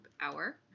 Hour